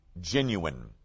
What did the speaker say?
genuine